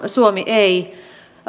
suomi ei